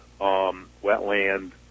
wetland